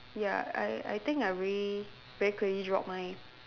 ya I I think I very very crazy drop mine